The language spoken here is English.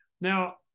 Now